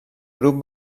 grup